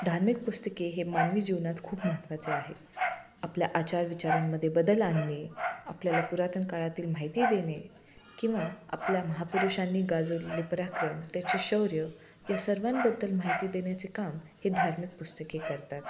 धार्मिक पुस्तके हे मानवी जीवनात खूप महत्त्वाचे आहे आपल्या आचार विचारांमध्ये बदल आणणे आपल्याला पुरातन काळातील माहिती देणे किंवा आपल्या महापुरुषांनी गाजवलेले पराक्रम त्याचे शौर्य या सर्वांबद्दल माहिती देण्याचे काम हे धार्मिक पुस्तके करतात